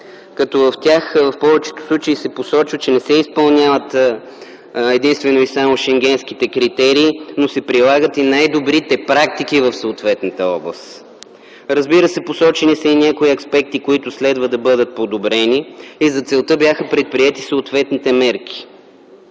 като в тях в повечето случаи се посочва, че не се изпълняват единствено и само шенгенските критерии, но се прилагат и най-добрите практики в съответната област. Разбира се, посочени са и някои аспекти, които следва да бъдат подобрени. За целта бяха предприети съответните мерки.